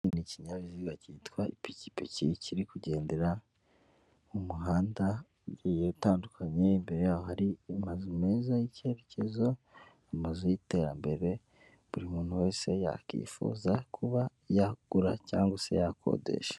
Ni ikinyabiziga cyitwa ipikipiki kiri kugendera mu muhanda ugiye utandukanye, imbere yaho hari amazu meza y'icyerekezo, amazu y'iterambere buri muntu wese yakifuza kuba yagura cyangwa se yakodesha.